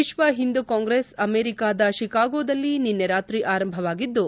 ವಿಶ್ವ ಹಿಂದು ಕಾಂಗ್ರೆಸ್ ಅಮೆರಿಕಾದ ಶಿಕಾಗೋದಲ್ಲಿ ನಿನ್ನೆ ರಾತ್ರಿ ಆರಂಭವಾಗಿದ್ದು